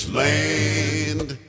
land